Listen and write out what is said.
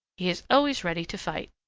he is always ready to fight.